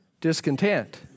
Discontent